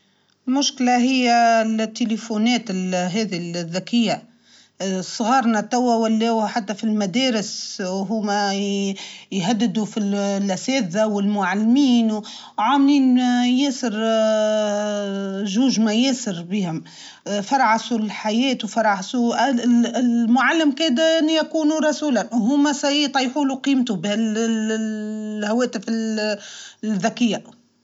هي التكتوك والإنترنت هذا الفيسبوك هذومة أمبراسيب الصغار ما نعطيهلهمش أنا جاتسة نشوف توا الصغار يستعملوا فيه أكثر حتى من الكبار وجاتيسي مشكلة مشكلة جاتسة تواجه في العالم شيء كبير ياسر أمبراسيب مممم نحيوها جملة.